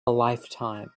lifetime